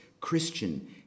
Christian